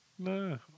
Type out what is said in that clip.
No